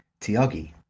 Tiagi